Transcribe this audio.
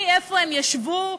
מאיפה הם ישבו,